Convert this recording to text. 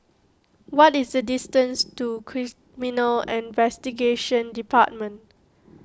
what is the distance to Criminal Investigation Department